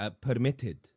permitted